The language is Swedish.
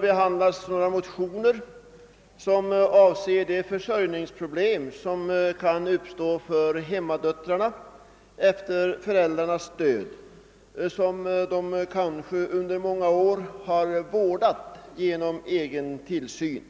behandlas några motioner som avser de försörjningsproblem, vilka kan uppstå för hemmadöttrar efter föräldrarnas död. De har kanske under många år handhaft vårdnaden av sina föräldrar.